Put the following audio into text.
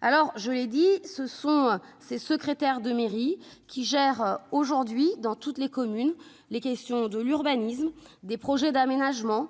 alors je l'ai dit, ce sont ces secrétaire de mairie qui gère aujourd'hui dans toutes les communes, les questions de l'urbanisme, des projets d'aménagement